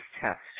test